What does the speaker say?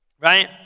Right